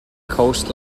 coast